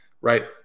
right